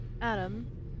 Adam